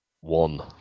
one